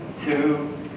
Two